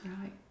right